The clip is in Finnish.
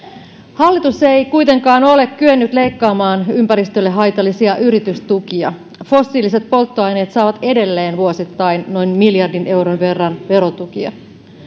hallitus ei kuitenkaan ole kyennyt leikkaamaan ympäristölle haitallisia yritystukia fossiiliset polttoaineet saavat edelleen vuosittain noin miljardin euron verran verotukia